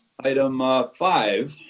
item ah five.